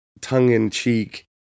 tongue-in-cheek